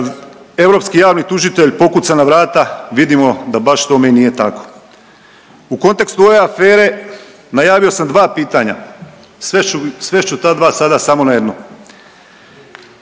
europski javni tužitelj pokuca na vrata vidimo da baš tome nije tako. U kontekstu ove afere najavio sam dva pitanja. Svest ću ta dva sada samo na jedno.